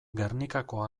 gernikako